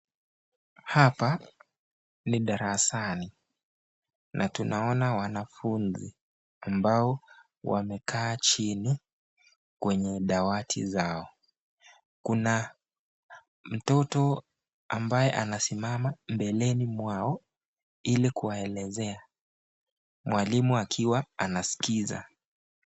Hapa ni darasani na tunaona wanafunzi ambao wamekaa jini kwenye dawati zao. Kuna mtoto ambaye amesimama mbeleni mwao ili kuwaelezea mwalimu akiwa anasikiza.